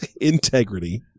Integrity